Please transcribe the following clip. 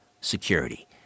security